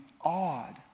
awed